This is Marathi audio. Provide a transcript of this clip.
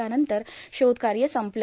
त्यानंतर शोधकार्य संपलं